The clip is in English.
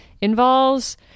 involves